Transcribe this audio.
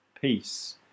peace